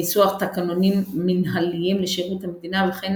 ניסוח תקנונים מנהליים לשירות המדינה וכן